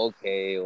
Okay